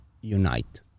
unite